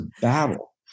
battle